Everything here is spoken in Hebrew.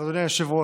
אז אדוני היושב-ראש,